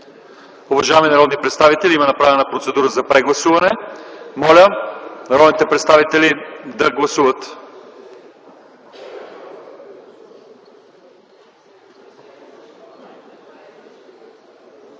Уважаеми народни представители, има направена процедура за прегласуване. Моля народните представители да гласуват.